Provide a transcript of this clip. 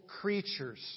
creatures